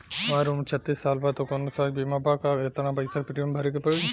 हमार उम्र छत्तिस साल बा त कौनों स्वास्थ्य बीमा बा का आ केतना पईसा प्रीमियम भरे के पड़ी?